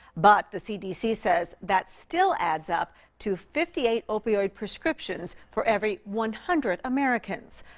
but the c d c says that still adds up to fifty eight opioid prescriptions for every one hundred americans.